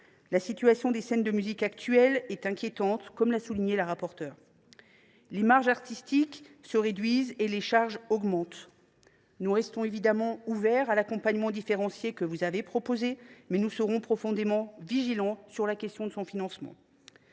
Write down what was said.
La situation des scènes de musiques actuelles est inquiétante, la rapporteure l’a souligné. Les marges artistiques se réduisent et les charges augmentent. Nous restons évidemment ouverts à l’accompagnement différencié que vous avez proposé, mais nous serons très vigilants quant à son financement.